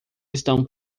estão